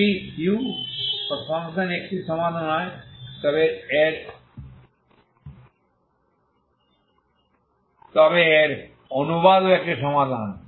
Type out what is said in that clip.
যদি uxtসমাধান হয় তবে এর অনুবাদও একটি সমাধান